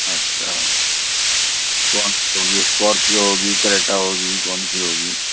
اچھا کون سی ہوگی اسکارپیو ہوگی کریٹا ہوگی کون سی ہوگی